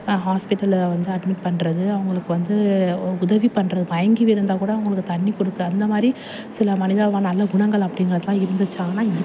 ஆ ஹாஸ்பிடலில் வந்து அட்மிட் பண்ணுறது அவங்களுக்கு வந்து உதவி பண்ணுற மயங்கி விழுந்தால் கூட அவங்களுக்கு தண்ணி கொடுக்க அந்த மாதிரி சில மனிதாபிமானம் அந்த குணங்கள் அப்படிங்கிறதுலாம் இருந்துச்சி ஆனால்